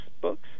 Books